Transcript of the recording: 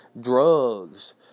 drugs